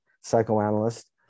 psychoanalyst